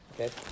okay